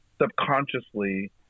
subconsciously